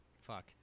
Fuck